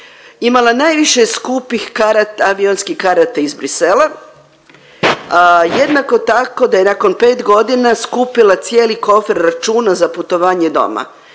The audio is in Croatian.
imala najviše skupih karata, avionskih karata iz Bruxellesa, jednako tako da je nakon pet godina skupila cijeli kofer računa za putovanje doma.